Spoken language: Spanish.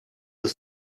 los